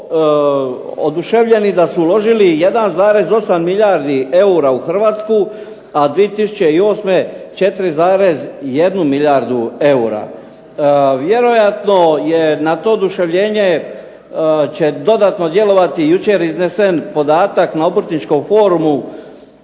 oduševljeni da su uložili 1,8 milijardi eura u Hrvatsku, a 2008. 4,1 milijardu eura. Vjerojatno je na to oduševljenje, će dodatno djelovati jučer iznesen podatak na obrtničkom forumu